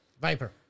Viper